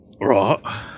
Right